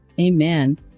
Amen